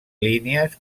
línies